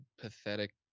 pathetic